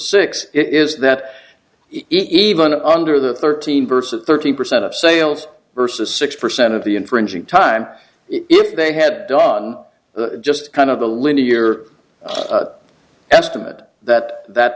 it is that even under the thirteen versus thirteen percent of sales versus six percent of the infringing time if they had done just kind of a linear estimate that that